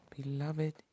Beloved